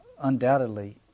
undoubtedly